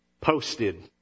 posted